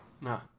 No